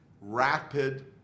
rapid